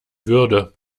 würde